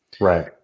Right